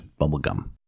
bubblegum